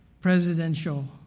presidential